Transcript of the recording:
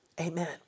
Amen